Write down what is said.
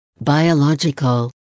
biological